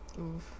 Oof